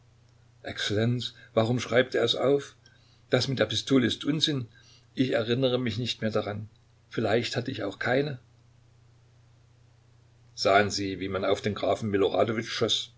exzellenz warum schreibt er es auf das mit der pistole ist unsinn ich erinnere mich nicht mehr daran vielleicht hatte ich auch keine sahen sie wie man auf den grafen